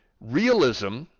Realism